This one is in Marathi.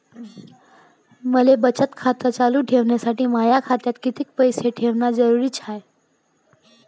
मले बचत खातं चालू ठेवासाठी माया खात्यात कितीक पैसे ठेवण जरुरीच हाय?